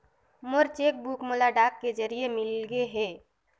मोर cheque book मोला डाक के जरिए मिलगे हे